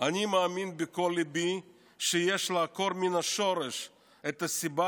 אני מאמין בכל ליבי שיש לעקור מן השורש את הסיבה